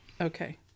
Okay